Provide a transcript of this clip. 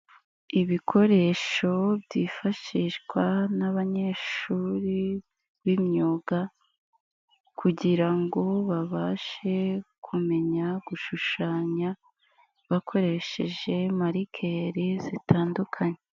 Ibikoresho byifashishwa n'abanyeshuri b'imyuga kugira ngo babashe kumenya gushushanya bakoresheje marikeri zitandukanye.